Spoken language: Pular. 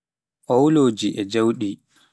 Owluuji e Jawdi